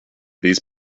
these